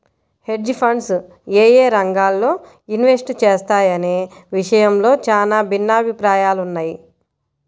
hedge funds యేయే రంగాల్లో invest చేస్తాయనే విషయంలో చానా భిన్నాభిప్రాయాలున్నయ్